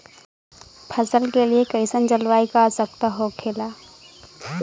फसल के लिए कईसन जलवायु का आवश्यकता हो खेला?